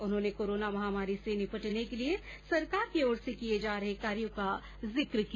उन्होंने कोरोना महामारी से निपटने के लिये सरकार की ओर से किये जा रहे कार्यों का जिक किया